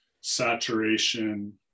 saturation